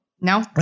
No